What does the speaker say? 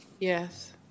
Yes